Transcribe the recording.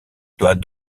doit